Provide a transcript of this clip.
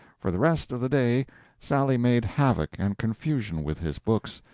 for the rest of the day sally made havoc and confusion with his books,